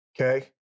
okay